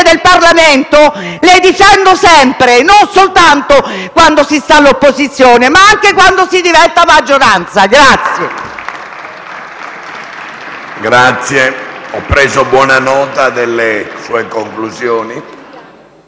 del Parlamento le difendo sempre, non soltanto quando si sta all'opposizione, ma anche quando si diventa maggioranza